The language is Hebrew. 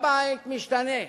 הבית משתנה,